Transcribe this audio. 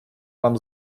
вам